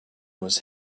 was